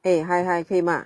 eh hi hi 可以吗